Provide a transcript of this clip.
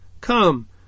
Come